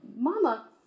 Mama